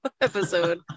episode